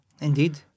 Indeed